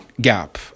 gap